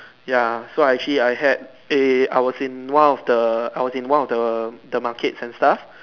ya so actually I had a I was in one of the I was in one of the the markets and stuff